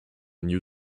new